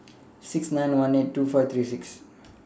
six nine one eight two five three six